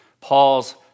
Paul's